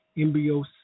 embryos